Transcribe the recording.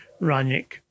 Ranick